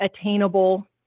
attainable